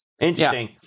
Interesting